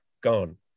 gone